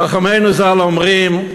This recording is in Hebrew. חכמינו ז"ל אומרים: